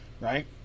Right